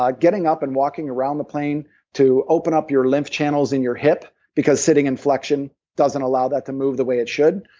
ah getting up and walking around the plane to open up your lymph channels in your hip, because sitting in flection doesn't allow that to move the way it should.